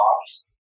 box